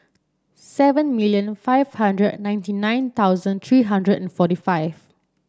seven million five hundred ninety nine thousand three hundred and forty five